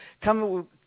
come